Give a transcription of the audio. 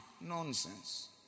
Nonsense